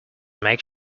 make